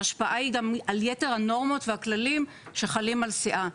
ההשפעה היא גם על יתר הנורמות והכללים שחלים על סיעה.